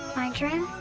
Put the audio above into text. my dream